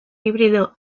híbrido